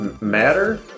Matter